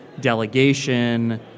delegation